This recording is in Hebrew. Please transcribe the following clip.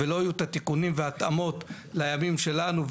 ולא יהיו את התיקונים וההתאמות לימים שלנו,